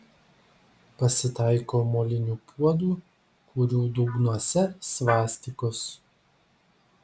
pasitaiko molinių puodų kurių dugnuose svastikos